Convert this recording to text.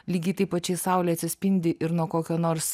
lygiai taip pačiai saulė atsispindi ir nuo kokio nors